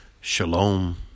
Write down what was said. Shalom